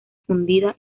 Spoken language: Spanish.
fundida